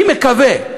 אני מקווה,